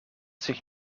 zich